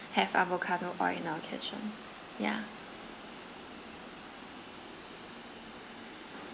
have avocado oil in our kitchen yeah